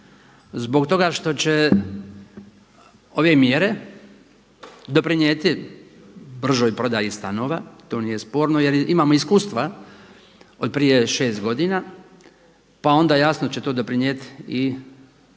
zbog toga što će ove mjere doprinijeti bržoj prodaji stanova, to nije sporno jer imamo iskustva od prije šest godina pa onda jasno će to doprinijeti i novoj